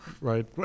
Right